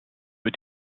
für